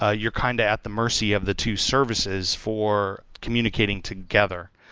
ah you're kind of at the mercy of the two services for communicating together,